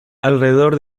alrededor